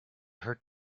hurt